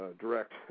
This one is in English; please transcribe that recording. direct